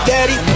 Daddy